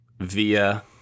via